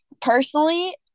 personally